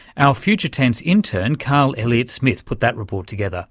our future tense intern carl elliot smith put that report together.